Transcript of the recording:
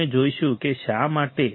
આપણે જોઈશું કે શા માટે છે